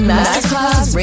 Masterclass